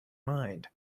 mind